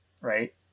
right